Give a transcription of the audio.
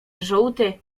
żółty